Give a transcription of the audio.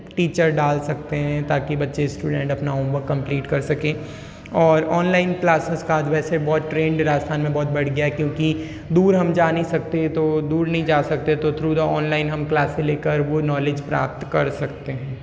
teacher डाल सकते हैं ताकि बच्चे स्टूडेंट अपना होमवर्क कम्प्लीट कर सकें और ऑनलाइन क्लासिज़ का आज वैसे बहुत ट्रेंड राजस्थान में बहुत बढ़ गया है क्योंकि दूर हम जा नहीं सकते तो दूर नहीं जा सकते तो थ्रू द ऑनलाइन हम क्लासें लेकर वो नॉलेज प्राप्त कर सकते हैं